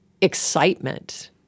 excitement